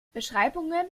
beschreibungen